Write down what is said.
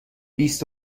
بیست